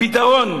הפתרון,